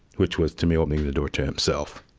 which was, to me, opening the door to himself.